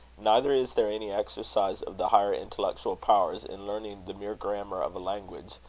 neither is there any exercise of the higher intellectual powers in learning the mere grammar of a language,